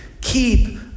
Keep